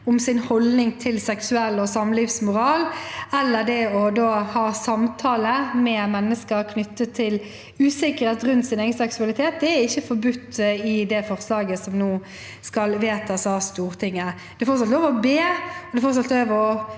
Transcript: om sin holdning til seksual- og samlivsmoral eller å ha samtale med mennesker om usikkerhet rundt deres egen seksualitet ikke er forbudt i det forslaget som nå skal vedtas av Stortinget. Det er fortsatt lov til å be, og det er fortsatt lov til